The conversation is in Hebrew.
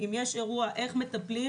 אם יש אירוע איך מטפלים.